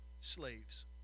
slaves